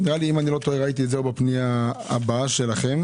אם אני לא טועה, ראיתי את זה בפנייה הבאה שלכם.